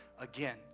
again